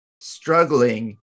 struggling